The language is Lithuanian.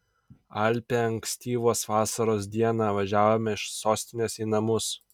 alpią ankstyvos vasaros dieną važiavome iš sostinės į namus